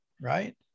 Right